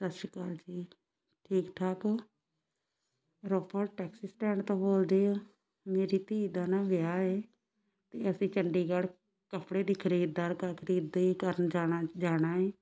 ਸਤਿ ਸ਼੍ਰੀ ਅਕਾਲ ਜੀ ਠੀਕ ਠਾਕ ਹੋ ਰੋਪੜ ਟੈਕਸੀ ਸਟੈਂਡ ਤੋਂ ਬੋਲਦੇ ਹੋ ਮੇਰੀ ਧੀ ਦਾ ਨਾ ਵਿਆਹ ਹੈ ਅਤੇ ਅਸੀਂ ਚੰਡੀਗੜ੍ਹ ਕੱਪੜੇ ਦੀ ਖਰੀਦਦਾਰ ਕਰ ਖਰੀਦੀ ਕਰਨ ਜਾਣਾ ਜਾਣਾ ਹੈ